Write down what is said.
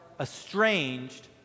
estranged